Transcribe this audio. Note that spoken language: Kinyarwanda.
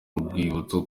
urwibutso